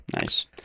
Nice